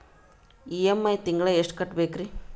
EMI ತಿಂಗಳ ಎಷ್ಟು ಕಟ್ಬಕ್ರೀ?